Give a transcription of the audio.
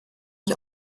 ich